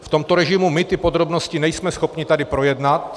V tomto režimu my ty podrobnosti nejsme schopni tady projednat